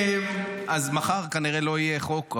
אז מחר כנראה לא יהיה חוק,